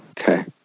Okay